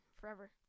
forever